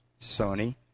Sony